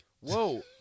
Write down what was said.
Whoa